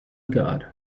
god